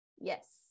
Yes